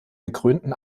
gekrönten